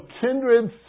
kindred